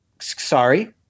sorry